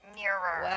nearer